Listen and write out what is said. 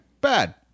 bad